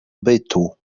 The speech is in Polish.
bytu